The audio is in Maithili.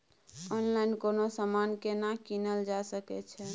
ऑनलाइन कोनो समान केना कीनल जा सकै छै?